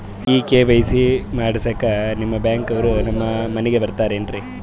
ಈ ಕೆ.ವೈ.ಸಿ ಮಾಡಸಕ್ಕ ನಿಮ ಬ್ಯಾಂಕ ಅವ್ರು ನಮ್ ಮನಿಗ ಬರತಾರೆನ್ರಿ?